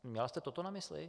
Měla jste toto na mysli?